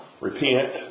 Repent